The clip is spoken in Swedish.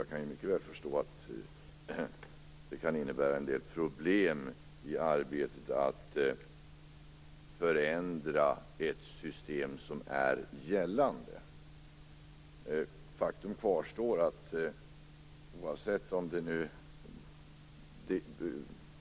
Jag kan mycket väl förstå att det kan innebära en del problem i arbetet med att förändra det gällande systemet.